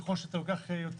ככל שלוקחים יותר